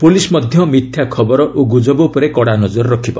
police ମଧ୍ୟ ମିଥ୍ୟା ଖବର ଓ ଗୁଜବ ଉପରେ କଡ଼ା ନଜର ରଖିବ